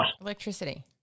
Electricity